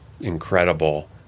incredible